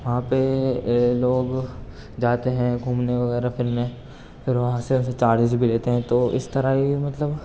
وہاں پہ یہ لوگ جاتے ہیں گھومنے وغیرہ پھرنے پھر وہاں سے پھر چارجز بھی لیتے ہیں تو اس طرح بھی مطلب